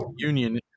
Union